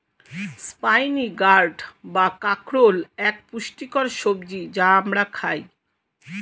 spiny gourd বা কাঁকরোল এক পুষ্টিকর সবজি যা আমরা খাই